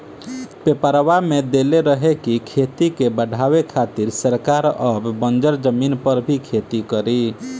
पेपरवा में देले रहे की खेती के बढ़ावे खातिर सरकार अब बंजर जमीन पर भी खेती करी